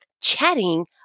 chatting